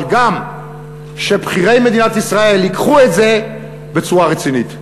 אבל גם שבכירי מדינת ישראל ייקחו את זה בצורה רצינית.